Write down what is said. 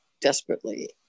desperately